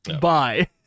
Bye